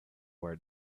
our